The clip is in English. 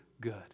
good